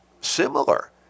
similar